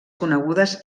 conegudes